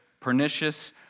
pernicious